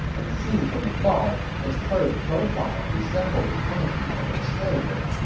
and seen from afar its curved profile resembled the canopy of a chariot.